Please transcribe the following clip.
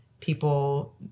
People